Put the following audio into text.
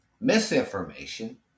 misinformation